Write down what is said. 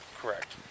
Correct